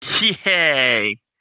Yay